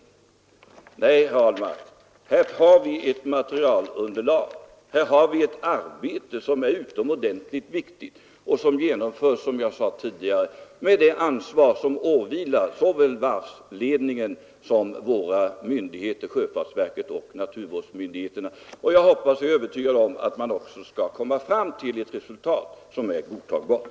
Det är fel, herr Ahlmark. Här har vi ett material som underlag, här förekommer ett arbete som är utomordentligt viktigt och som utförs under det ansvar som åvilar såväl varvsledningen som våra myndigheter — sjöfartsverket och naturvårdsmyndigheterna. Jag hoppas och är övertygad om att det också skall gå att komma fram till ett resultat som är godtagbart.